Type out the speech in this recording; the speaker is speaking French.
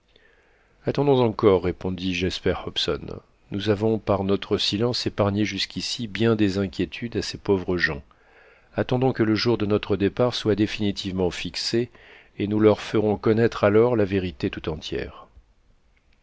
attendons encore répondit jasper hobson nous avons par notre silence épargné jusqu'ici bien des inquiétudes à ces pauvres gens attendons que le jour de notre départ soit définitivement fixé et nous leur ferons connaître alors la vérité tout entière